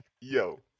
Yo